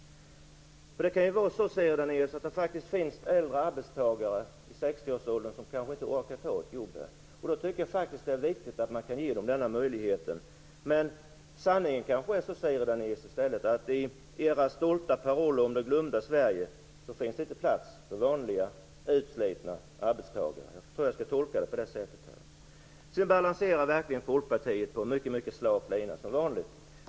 Det kan ju faktiskt, Siri Dannaeus, finnas äldre arbetstagare i 60-årsåldern som inte orkar ta ett jobb. Då tycker jag faktiskt att det är viktigt att kunna ge dem den här möjligheten. Men sanningen kanske är, Siri Dannaeus, att det i era stolta paroller om det glömda Sverige inte finns plats för vanliga, utslitna arbetstagare. Jag tror att jag skall tolka det på det sättet. Sedan balanserar Folkpartiet verkligen på en mycket slak lina, som vanligt.